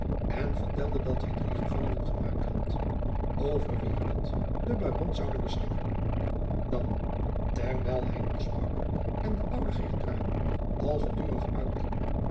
en vertelde dat hij drie gevangenen gemaakt had over wier lot de baron zoude beschikken dan terwijl hij nog sprak en de oude geertrui al